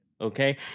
Okay